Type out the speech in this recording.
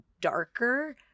darker